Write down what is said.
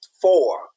four